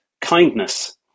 kindness